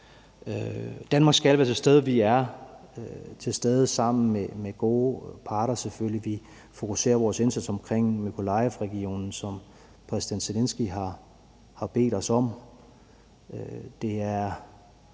Danmark skal være til stede, og vi er til stede sammen med gode parter. Vi fokuserer vores indsats omkring Mykolaivregionen, som præsident Zelenskyj har bedt os om.